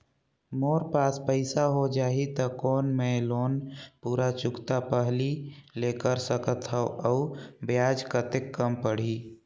मोर पास पईसा हो जाही त कौन मैं लोन पूरा चुकता पहली ले कर सकथव अउ ब्याज कतेक कम पड़ही?